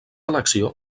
elecció